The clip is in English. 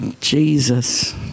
Jesus